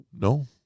No